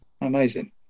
Amazing